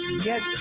Get